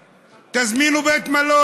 ותזמינו בית מלון,